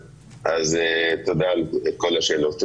תודה על כל השאלות.